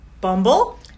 Bumble